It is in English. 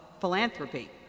philanthropy